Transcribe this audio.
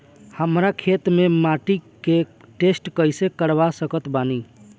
हमरा खेत के माटी के टेस्ट कैसे करवा सकत बानी?